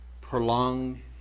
prolong